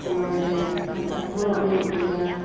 ᱥᱚᱢᱚᱭ ᱨᱮ ᱠᱷᱟᱱᱛᱷᱟ ᱠᱚ ᱦᱚᱸ ᱨᱚᱜ ᱦᱩᱭᱩᱜ ᱜᱮᱭᱟ